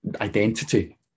identity